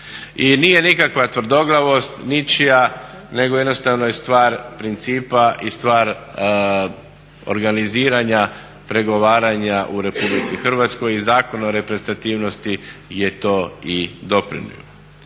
I nije nikakva tvrdoglavost ničija, nego jednostavno je stvar principa i stvar organiziranja, pregovaranja u RH i Zakon o reprezentativnosti je to i doprinio.